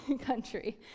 country